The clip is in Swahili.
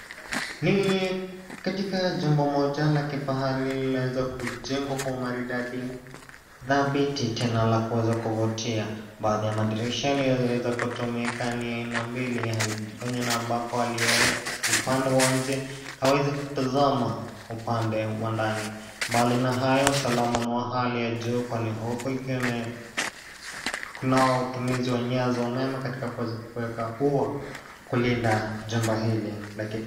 Ni katika jumba moja la kifahari lilowezwa kujengwa kwa umaridadi, thabiti tena la kuweza kuvutia. Baathii ya madirisha yaliyoweza kutumika ni aina mbili, kwenye nambako waliye upande wanje, hawezi kutazama upande wa ndani. Mbali na hayo, usalama niwa hali ya juu kwani huku ikeme, kunao utumizu wa nyaya za umema katika kuweza kuweka uwa kulinda jamba hili.